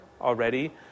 already